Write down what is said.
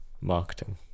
marketing